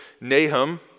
Nahum